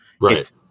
Right